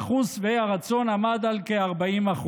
ואחוז שבעי הרצון עמד על כ-40%.